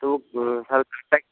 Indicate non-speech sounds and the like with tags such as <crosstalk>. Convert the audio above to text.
তো <unintelligible>